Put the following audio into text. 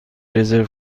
رزرو